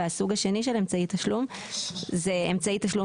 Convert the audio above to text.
הסוג השני של אמצעי התשלום זה אמצעי תשלום